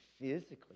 physically